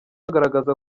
agaragaza